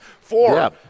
four